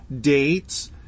dates